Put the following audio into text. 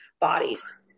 bodies